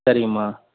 சரிங்கம்மா